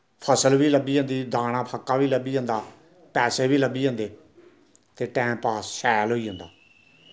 फसल बी लब्भी जंदी दाना फक्का बा लब्भी जंदा पैसे बी लब्भी जंदे ते टैम पास शैल होई जंदा